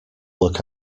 look